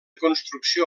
construcció